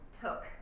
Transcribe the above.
took